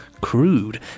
crude